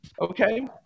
okay